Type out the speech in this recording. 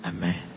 Amen